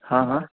हँ हँ